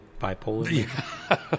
bipolar